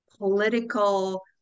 political